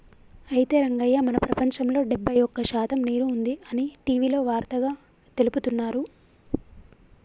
అయితే రంగయ్య మన ప్రపంచంలో డెబ్బై ఒక్క శాతం నీరు ఉంది అని టీవీలో వార్తగా తెలుపుతున్నారు